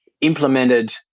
implemented